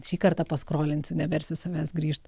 šį kartą paskrolinsiu neversiu savęs grįžt